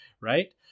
right